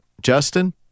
Justin